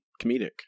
comedic